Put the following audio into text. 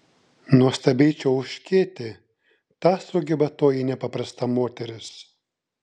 nuostabiai čiauškėti tą sugeba toji nepaprasta moteris